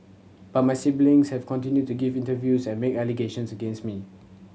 but my siblings have continued to give interviews and make allegations against me